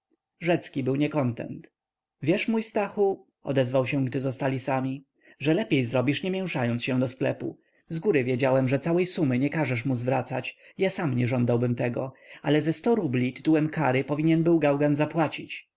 rzecki był niekontent wiesz mój stachu odezwał się gdy zostali sami że lepiej zrobisz nie mięszając się do sklepu z góry wiedziałem że całej sumy nie każesz mu zwracać ja sam nie żądałbym tego ale ze sto rubli tytułem kary powinien był gałgan zapłacić